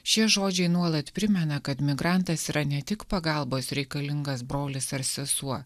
šie žodžiai nuolat primena kad migrantas yra ne tik pagalbos reikalingas brolis ar sesuo